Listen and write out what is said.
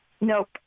nope